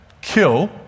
kill